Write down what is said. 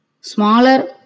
smaller